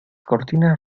cortinas